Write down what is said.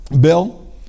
Bill